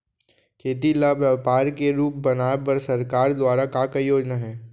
खेती ल व्यापार के रूप बनाये बर सरकार दुवारा का का योजना हे?